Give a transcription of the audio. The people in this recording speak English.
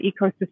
ecosystem